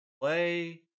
play